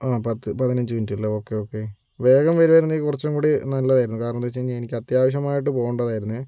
ആ പത്ത് പതിനഞ്ച് മിനിറ്റ് അല്ലേ ഓക്കേ ഓക്കേ വേഗം വരായിരുന്നെങ്കിൽ കുറച്ചുംകൂടെ നല്ലതായിരുന്നു കാരണം എന്താ വെച്ചു കഴിഞ്ഞ അത്യാവശ്യമായിട്ട് പോകേണ്ടതായിരുന്നെ